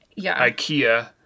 IKEA